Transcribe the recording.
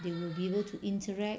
they will be able to interact